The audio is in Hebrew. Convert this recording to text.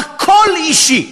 הכול אישי.